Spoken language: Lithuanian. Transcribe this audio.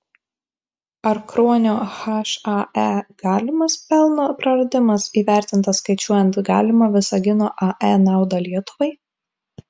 ar kruonio hae galimas pelno praradimas įvertintas skaičiuojant galimą visagino ae naudą lietuvai